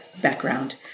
background